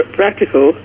practical